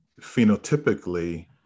phenotypically